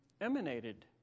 emanated